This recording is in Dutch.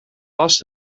last